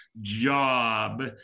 job